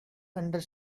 under